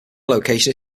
location